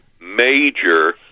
major